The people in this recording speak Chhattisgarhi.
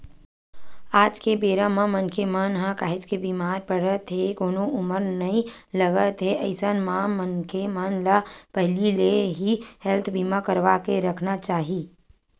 आज के बेरा म मनखे मन ह काहेच बीमार पड़त हे कोनो उमर नइ लगत हे अइसन म मनखे मन ल पहिली ले ही हेल्थ बीमा करवाके रखना चाही